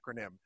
acronym